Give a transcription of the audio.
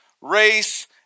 race